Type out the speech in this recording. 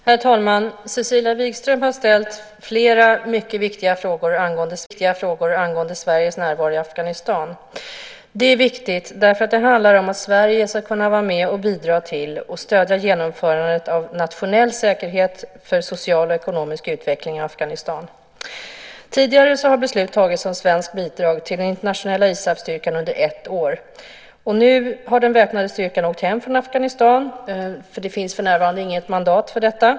Herr talman! Cecilia Wigström har ställt flera mycket viktiga frågor angående Sveriges närvaro i Afghanistan. Det är viktigt. Det handlar om att Sverige ska kunna vara med, bidra till och stödja genomförandet av nationell säkerhet för social och ekonomisk utveckling i Afghanistan. Tidigare har beslut fattats om svenskt bidrag till den internationella ISAF-styrkan under ett år. Nu har den väpnade styrkan åkt hem från Afghanistan. Det finns för närvarande inget mandat för en sådan.